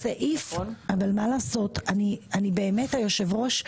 מה לעשות, היושב ראש,